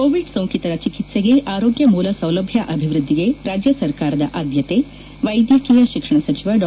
Covid ಸೋಂಕಿತರ ಚೆಕಿತ್ಸೆಗೆ ಆರೋಗ್ಯ ಮೂಲ ಸೌಲಭ್ಯ ಅಭಿವೃದ್ಧಿಗೆ ರಾಜ್ಯ ಸರ್ಕಾರದ ಆದ್ಯತೆ ವೈದ್ಯಕೀಯ ಶಿಕ್ಷಣ ಸಚಿವ ಡಾ